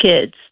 kids